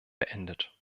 beendet